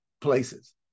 places